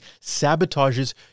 sabotages